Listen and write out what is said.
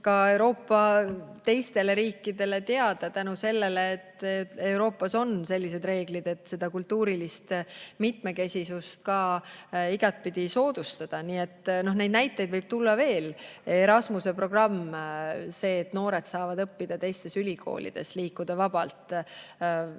ka Euroopa teistele riikidele teada tänu sellele, et Euroopas on sellised reeglid, mis kultuurilist mitmekesisust igatpidi soodustavad. Neid näiteid võib tuua veel: Erasmuse programm, see, et noored saavad õppida teistes ülikoolides, liikuda vabalt.